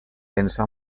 densa